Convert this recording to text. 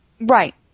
Right